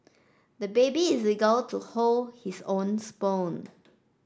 the baby is eager to hold his own spoon